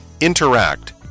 Interact